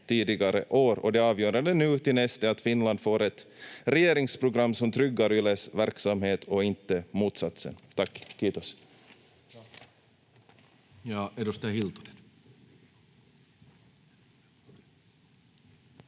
tidigare år. Det avgörande nu till näst är att Finland får ett regeringsprogram som tryggar Yles verksamhet och inte motsatsen. — Tack, kiitos.